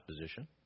position